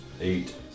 Eight